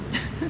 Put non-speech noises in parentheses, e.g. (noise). (laughs)